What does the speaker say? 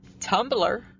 Tumblr